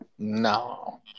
No